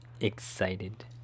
excited